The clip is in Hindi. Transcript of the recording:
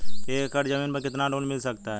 एक एकड़ जमीन पर कितना लोन मिल सकता है?